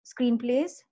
screenplays